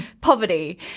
poverty